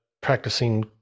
practicing